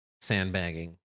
sandbagging